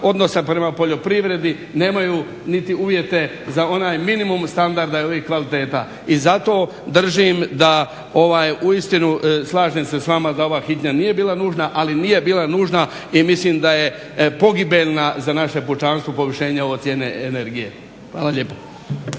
odnosa prema poljoprivredi nemaju niti uvjete za onaj minimum standarda ili kvaliteta. I zato držim da ovaj uistinu slažem se s vama da ova hitnja nije bila nužna, ali nije bila nužna i mislim da je pogibeljna za naše pučanstvo povišenje ovo cijene energije. Hvala lijepo.